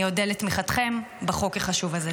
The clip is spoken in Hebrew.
אני אודה לתמיכתכם בחוק החשוב הזה.